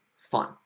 fun